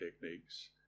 techniques